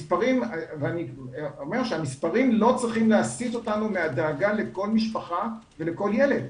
ואני אומר שהמספרים לא צריכים להסיט אותנו מהדאגה לכל משפחה ולכל ילד.